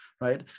right